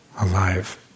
alive